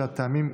והטעמים איתו.